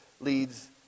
leads